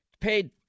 paid